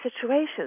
situations